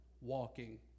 walking